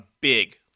big